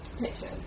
pictures